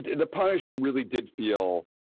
the punisher really did feel,